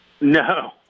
No